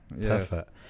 Perfect